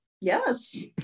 yes